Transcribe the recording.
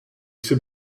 c’est